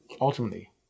ultimately